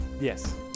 Yes